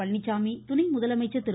பழனிச்சாமி துணை முதலமைச்சர் திரு